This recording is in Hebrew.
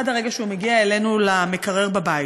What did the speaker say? עד הרגע שהוא מגיע אלינו למקרר בבית.